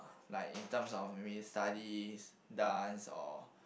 like in terms of maybe studies dance or